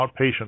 outpatient